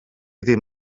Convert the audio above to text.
ddim